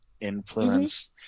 influence